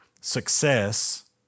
success